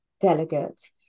delegate